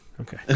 Okay